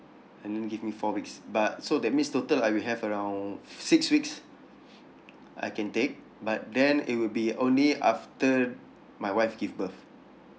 and then give me four weeks but so that means total I will have around six weeks I can take but then it will be only after that my wife give birth